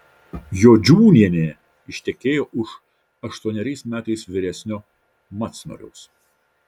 jodžiūnienė ištekėjo už aštuoneriais metais vyresnio macnoriaus